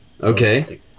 Okay